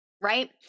right